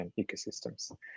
ecosystems